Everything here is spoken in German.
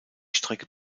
strecke